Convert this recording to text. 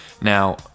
Now